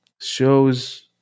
shows